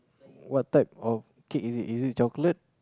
what type of cake is it is it chocolate